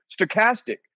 stochastic